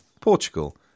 Portugal